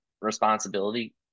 responsibility